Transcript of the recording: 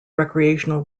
recreational